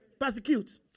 Persecute